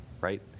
right